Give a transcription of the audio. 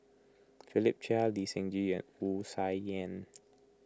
Philip Chia Lee Seng Gee and Wu Tsai Yen